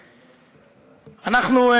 אנחנו,